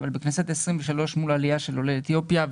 אבל בכנסת ה-23 מול העלייה של עולי אתיופיה.